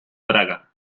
praga